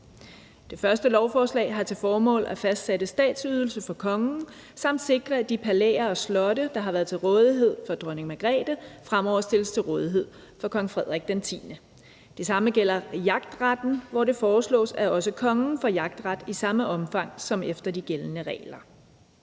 Det første lovforslag har til formål at fastsætte en statsydelse for kongen samt sikre, at de palæer og slotte, der har været til rådighed for dronning Margrethe, fremover stilles til rådighed for kong Frederik X. Det samme gælder jagtretten, hvor det foreslås, at også kogen får jagtret i samme omfang som efter de gældende regler.